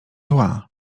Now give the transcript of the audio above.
zła